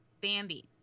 Bambi